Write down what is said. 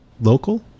local